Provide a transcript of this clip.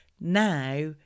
Now